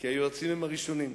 כי היועצים הם הראשונים.